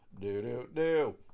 Do-do-do